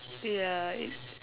ya it